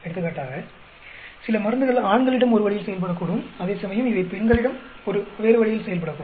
எடுத்துக்காட்டாக சில மருந்துகள் ஆண்களிடம் ஒரு வழியில் செயல்படக்கூடும் அதேசமயம் இவை பெண்களிடம் வேறு வழியில் செயல்படக்கூடும்